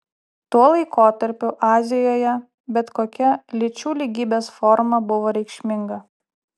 tuo laikotarpiu azijoje bet kokia lyčių lygybės forma buvo reikšminga